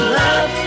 love